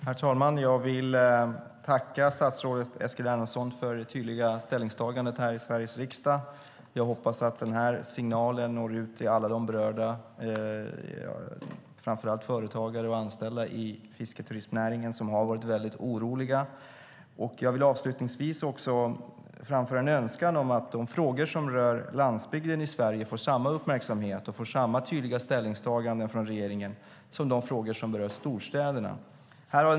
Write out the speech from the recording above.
Herr talman! Jag vill tacka statsrådet Eskil Erlandsson för det tydliga ställningstagandet här i Sveriges riksdag. Jag hoppas att den här signalen når ut till alla berörda, framför allt de företagare och anställda i fisketurismnäringen som har varit väldigt oroliga. Avslutningsvis vill jag framföra en önskan om att de frågor som berör landsbygden i Sverige får samma uppmärksamhet och samma tydliga ställningstaganden från regeringen som de frågor som berör storstäderna.